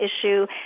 issue